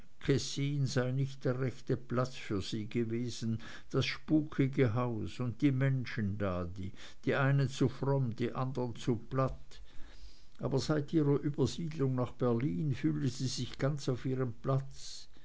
sei nicht der rechte platz für sie gewesen das spukige haus und die menschen da die einen zu fromm die andern zu platt aber seit ihrer übersiedlung nach berlin fühle sie sich ganz an ihrem platz